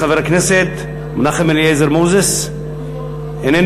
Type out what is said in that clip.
אני מזמין את חבר הכנסת מנחם אליעזר מוזס, איננו.